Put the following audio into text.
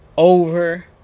over